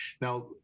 Now